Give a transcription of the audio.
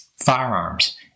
Firearms